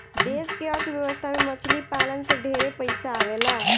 देश के अर्थ व्यवस्था में मछली पालन से ढेरे पइसा आवेला